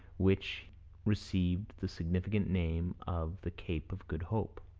which received the significant name of the cape of good hope